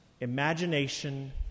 imagination